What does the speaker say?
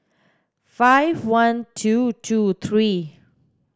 five one two two three